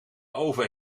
oven